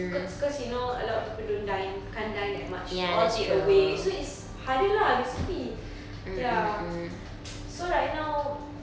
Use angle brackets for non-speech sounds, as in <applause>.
cause cause you know a lot of people don't dine can't dine that much all takeaway so it's harder lah basically ya <noise> so right now